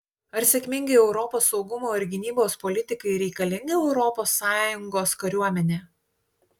ar sėkmingai europos saugumo ir gynybos politikai reikalinga europos sąjungos kariuomenė